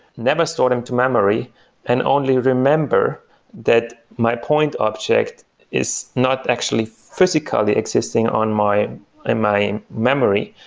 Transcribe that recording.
never store them to memory and only remember that my point object is not actually physically existing on my and my memory,